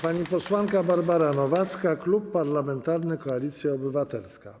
Pani posłanka Barbara Nowacka, Klub Parlamentarny Koalicja Obywatelska.